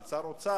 של שר האוצר,